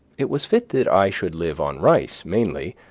it was fit that i should live on rice, mainly,